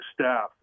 staff